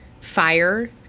fire